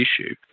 issue